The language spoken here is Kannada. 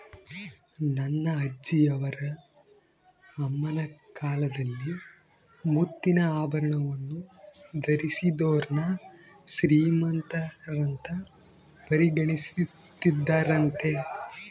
ನನ್ನ ಅಜ್ಜಿಯವರ ಅಮ್ಮನ ಕಾಲದಲ್ಲಿ ಮುತ್ತಿನ ಆಭರಣವನ್ನು ಧರಿಸಿದೋರ್ನ ಶ್ರೀಮಂತರಂತ ಪರಿಗಣಿಸುತ್ತಿದ್ದರಂತೆ